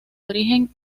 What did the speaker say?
origen